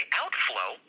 outflow